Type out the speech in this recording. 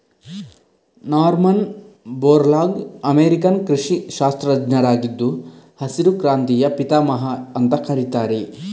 Norman Borlaug American ಕೃಷಿ ಶಾಸ್ತ್ರಜ್ಞರಾಗಿದ್ದು ಹಸಿರು ಕ್ರಾಂತಿಯ ಪಿತಾಮಹ ಅಂತ ಕರೀತಾರೆ